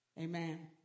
Amen